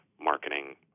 marketing